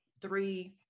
three